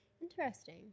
Interesting